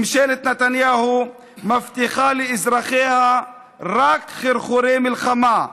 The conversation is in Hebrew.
ממשלת נתניהו מבטיחה לאזרחיה רק חרחורי מלחמה,